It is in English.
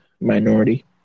minority